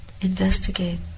investigate